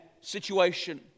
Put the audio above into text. situation